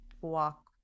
walk